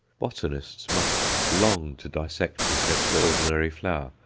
botanists must long to dissect this extraordinary flower,